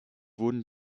wurden